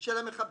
של המחבר.